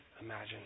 imagine